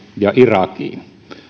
ja irakiin